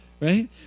right